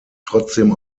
trotzdem